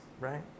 right